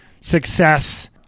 success